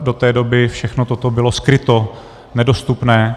Do té doby všechno toto bylo skryto, nedostupné.